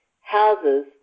houses